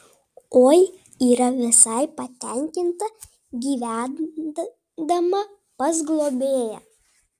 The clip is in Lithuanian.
oi yra visai patenkinta gyvendama pas globėją